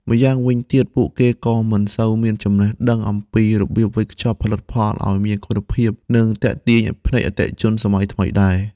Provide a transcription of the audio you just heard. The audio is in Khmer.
ម្យ៉ាងវិញទៀត ពួកគេក៏មិនសូវមានចំណេះដឹងអំពីរបៀបវេចខ្ចប់ផលិតផលឱ្យមានគុណភាព និងទាក់ទាញភ្នែកអតិថិជនសម័យថ្មីដែរ។